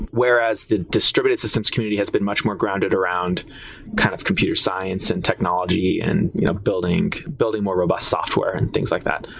whereas the distributed systems community has been much more grounded around kind of computer science and technology and you know building building more robust software and things like that.